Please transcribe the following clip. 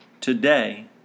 today